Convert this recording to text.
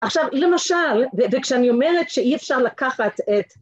עכשיו למשל וכשאני אומרת שאי אפשר לקחת את